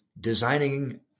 designing